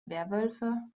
werwölfe